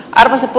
aino seppo